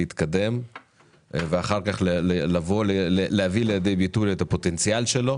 להתקדם ואחר כך להביא לידי ביטוי את הפוטנציאל שלו